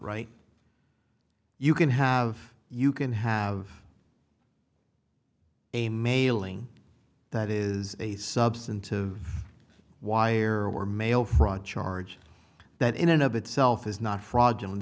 right you can have you can have a mailing that is a substantive wire or mail fraud charge that in and of itself is not fraudulent